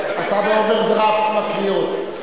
אתה באוברדרפט בקריאות.